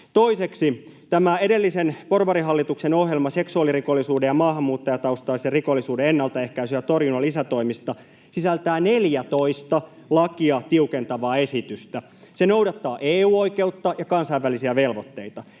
Toiseksi, tämä edellisen porvarihallituksen ohjelma seksuaalirikollisuuden ja maahanmuuttajataustaisen rikollisuuden ennaltaehkäisyn ja torjunnan lisätoimista sisältää 14 lakia tiukentavaa esitystä. Se noudattaa EU-oikeutta ja kansainvälisiä velvoitteita.